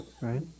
right